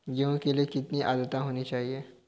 गेहूँ के लिए कितनी आद्रता होनी चाहिए?